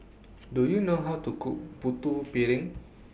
Do YOU know How to Cook Putu Piring